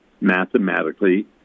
mathematically